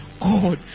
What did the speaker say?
God